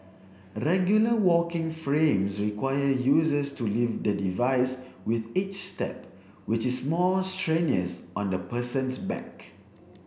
regular walking frames require users to lift the device with each step which is more strenuous on the person's back